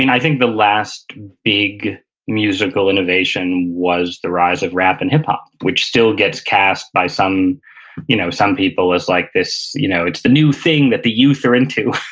and i think the last big musical innovation was the rise of rap and hiphop, which still gets cast by some you know some people as like this, you know it's the new thing that the youth are into.